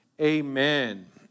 Amen